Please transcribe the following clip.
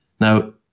Now